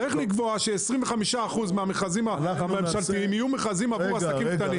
צריך לקבוע ש-25% מהמכרזים הממשלתיים יהיו מכרזים עבור עסקים קטנים.